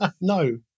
No